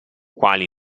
quali